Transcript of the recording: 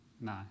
No